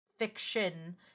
Fiction